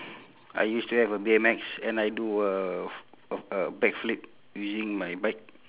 I used to have a B_M_X and I do a f~ a a back flip using my bike